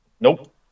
Nope